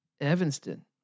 Evanston